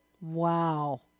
Wow